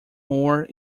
more